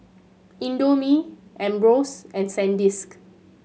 Indomie Ambros and Sandisk